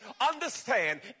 Understand